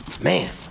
Man